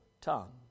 tongue